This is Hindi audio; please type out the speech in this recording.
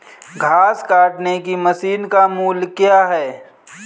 घास काटने की मशीन का मूल्य क्या है?